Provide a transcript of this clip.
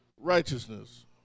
righteousness